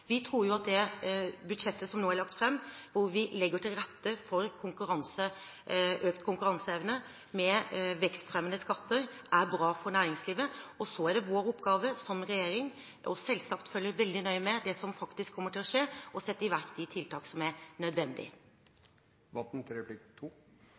Vi tror at det budsjettet som nå er lagt fram, hvor vi legger til rette for økt konkurranseevne med vekstfremmende skatter, er bra for næringslivet. Så er det vår oppgave som regjering, selvsagt, å følge veldig nøye med på det som faktisk kommer til å skje, og sette i verk de tiltakene som er